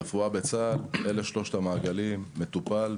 אז ברפואה בצה"ל יש את שלושת המעגלים: מטופל,